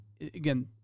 again